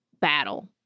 battle